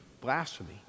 blasphemy